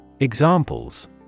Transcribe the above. Examples